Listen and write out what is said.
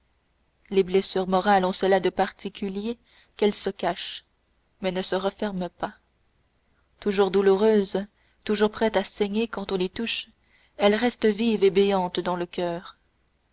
les blessures morales ont cela de particulier qu'elles se cachent mais ne se referment pas toujours douloureuses toujours prêtes à saigner quand on les touche elles restent vives et béantes dans le coeur